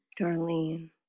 Darlene